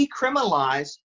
decriminalize